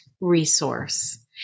resource